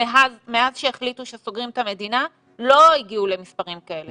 מאז שהחליטו שסוגרים את המדינה לא הגיעו למספרים כאלו.